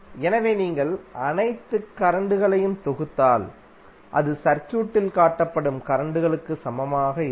எனவே நீங்கள் அனைத்து கரண்ட் களையும் தொகுத்தால் அது சர்க்யூட்டில் காட்டப்படும் கரண்ட் க்குச் சமமாக இருக்கும்